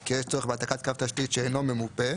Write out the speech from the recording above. כי יש צורך בהעתקת קו תשתית שאינו ממופה,